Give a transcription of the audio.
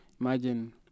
imagine